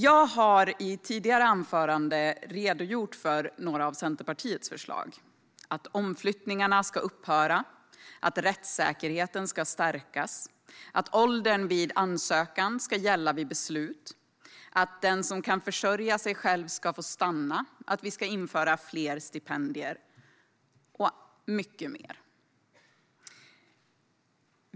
Jag har i ett tidigare anförande redogjort för några av Centerpartiets förslag: att omflyttningarna ska upphöra, att rättssäkerheten ska stärkas, att åldern vid ansökan ska gälla vid beslut, att den som kan försörja sig själv ska få stanna, att vi ska införa fler stipendier och mycket mer.